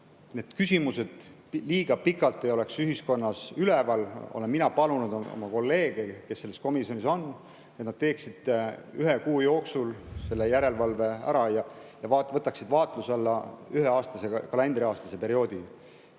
need küsimused ei oleks liiga pikalt ühiskonnas üleval, olen ma palunud oma kolleege, kes selles komisjonis on, et nad teeksid ühe kuu jooksul järelevalve ära ja võtaksid vaatluse alla üheaastase, kalendriaastase perioodi.